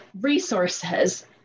resources